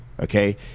Okay